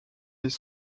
les